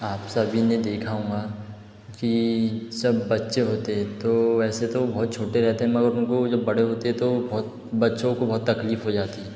आप सभी ने देखा होगा कि सब बच्चे होते तो वैसे तो वो बहुत छोटे रहते हैं मगर उनको जब बड़े होते तो बहुत बच्चों को बहुत तकलीफ हो जाती है